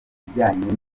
ibijyanye